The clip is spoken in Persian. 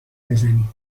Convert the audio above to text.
بزنی